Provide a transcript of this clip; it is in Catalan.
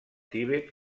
tibet